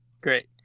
Great